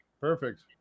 Perfect